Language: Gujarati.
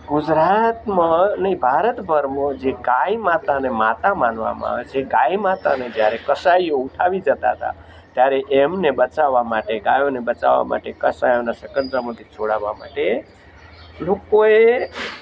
ગુજરાતમાં નહીં ભારતભરમાં જે ગાય માતાને માતા માનવામાં આવે છે એ ગાય માતાને જ્યારે કસાઈઓ ઉઠાવી જતા હતા ત્યારે એમને બચાવવા માટે ગાયોને બચાવવા માટે કસાઈઓના સકંજામાંથી છોડાવવા માટે લોકોએ